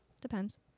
Depends